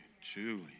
Julie